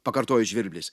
pakartojo žvirblis